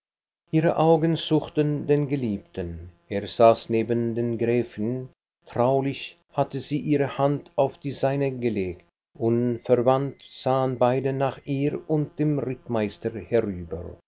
ihre augen suchten den geliebten er saß neben der gräfin traulich hatte sie ihre hand auf die seine gelegt unverwandt sahen beide nach ihr und dem rittmeister